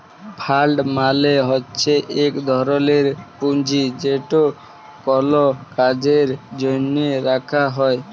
fund মালে হছে ইক ধরলের পুঁজি যেট কল কাজের জ্যনহে রাখা হ্যয়